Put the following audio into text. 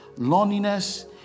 Loneliness